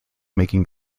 making